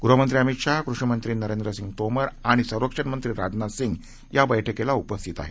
गृहमंत्री अमित शहा कृषी मंत्री नरेंद्र सिंह तोमर आणि संरक्षण मंत्री राजनाथ सिंह या बछ्कीला उपस्थित आहेत